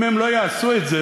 אם הם לא יעשו את זה.